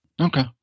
Okay